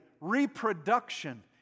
reproduction